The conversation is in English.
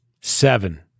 Seven